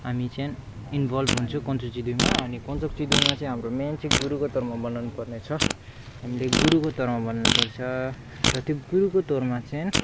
हामी चाहिँ इन्भल्भ हुन्छौँ दुईमा अनि मा चाहिँ हाम्रो मेन चाहिँ गुरुको तोर्मा बनाउनुपर्नेछ हामीले गुरुको तोर्मा बनाउनुपर्छ र त्यो गुरुको तोर्मा चाहिँ